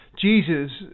Jesus